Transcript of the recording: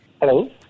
Hello